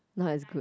not as good